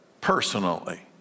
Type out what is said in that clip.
personally